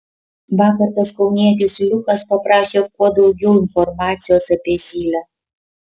vakar tas kaunietis liukas paprašė kuo daugiau informacijos apie zylę